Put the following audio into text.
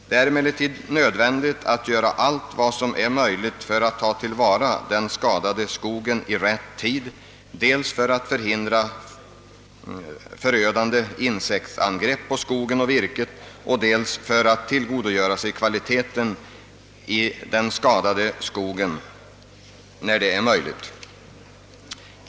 Det är också nödvändigt att göra allt vad göras kan för att i rätt tid tillvarata den skadade skogen, dels för att förhindra förödande insektsangrepp på virket och dels för att tillgodogöra sig kvaliteten på det skadade skogsvirket där detta är möjligt.